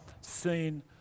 seen